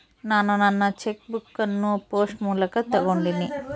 ನಾನು ನನ್ನ cheque book ಅನ್ನು ಪೋಸ್ಟ್ ಮೂಲಕ ತೊಗೊಂಡಿನಿ